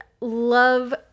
love